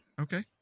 Okay